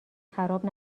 خراب